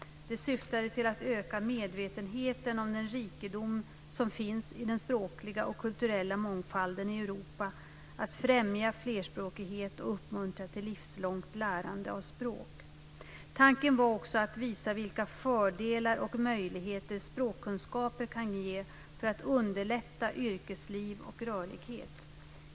Det syftade till att öka medvetenheten om den rikedom som finns i den språkliga och kulturella mångfalden i Europa, främja flerspråkighet och uppmuntra till livslångt lärande av språk. Tanken var också att visa vilka fördelar och möjligheter språkkunskaper kan ge för att underlätta yrkesliv och rörlighet.